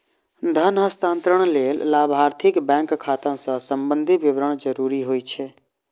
धन हस्तांतरण लेल लाभार्थीक बैंक खाता सं संबंधी विवरण जरूरी होइ छै